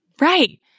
Right